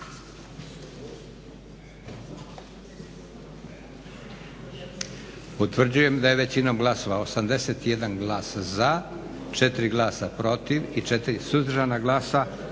Utvrđujem da je većinom glasova, 81 glas za, 4 glasa protiv i 4 suzdržana glasa, donesena